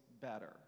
better